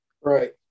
Right